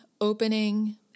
opening